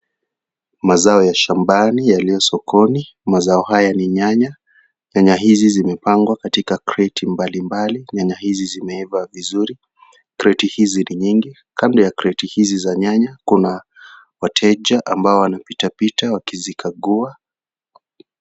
Mazao ya shambani yaliyo sokoni mazao haya ni nyanya, nyanya hizi zimepangwa katika kreti mbali mbali, nyanya hizi zimewekwa vizuri, kreti hizi ni nyingi kando za kreti hizi za nyanya Kuna wateja ambao wanapitapita wakizikagua.